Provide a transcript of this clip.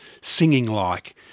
singing-like